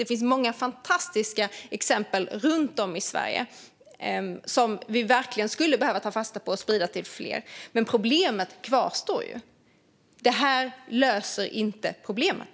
Det finns många fantastiska exempel runt om i Sverige som vi verkligen skulle behöva ta fasta på och sprida till fler. Men problemet kvarstår. Det här löser inte problemet.